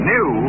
New